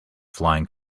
flying